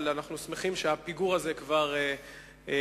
ואנחנו שמחים שבשנים האחרונות הפיגור הזה כבר מצטמצם.